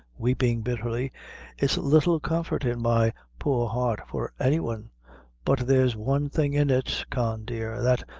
weeping bitterly it's little comfort's in my poor heart for any one but there's one thing in it, con, dear that,